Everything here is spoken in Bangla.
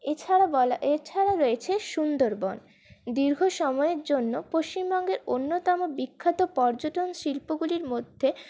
এছাড়া এছাড়া রয়েছে সুন্দরবন দীর্ঘ সময়ের জন্য পশ্চিমবঙ্গের অন্যতম বিখ্যাত পর্যটন শিল্পগুলির মধ্যে